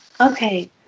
Okay